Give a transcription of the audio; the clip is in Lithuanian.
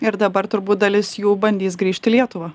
ir dabar turbūt dalis jų bandys grįžt į lietuvą